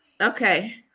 okay